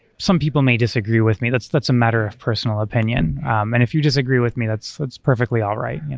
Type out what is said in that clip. some people may disagree with me. that's that's a matter of personal opinion, and if you disagree with me, that's that's perfectly all right.